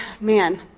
man